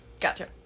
Gotcha